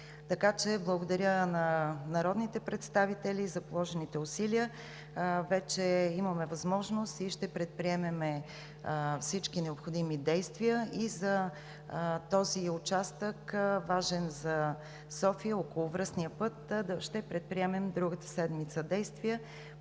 благодаря на народните представители за положените усилия. Вече имаме възможност и ще предприемем всички необходими действия и за този участък, важен за София – Околовръстния път, ще предприемем другата седмица действия